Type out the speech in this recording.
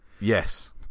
yes